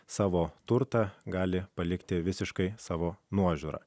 savo turtą gali palikti visiškai savo nuožiūra